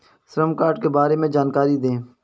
श्रम कार्ड के बारे में जानकारी दें?